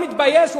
פלסנר.